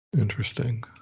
Interesting